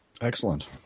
Excellent